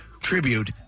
tribute